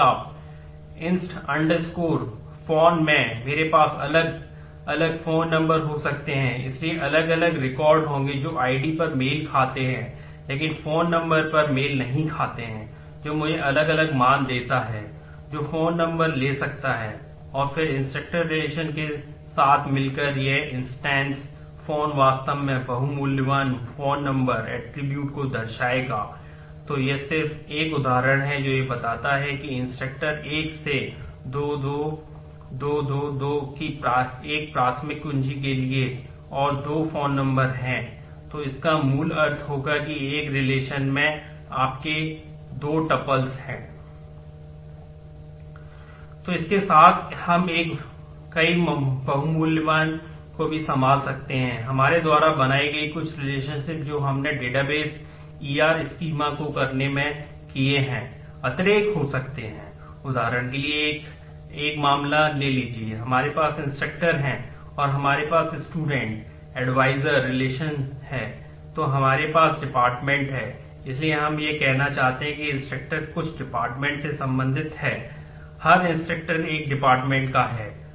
तो इसके साथ हम कई बहुमूल्यवान ऐट्रिब्यूट है